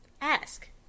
ask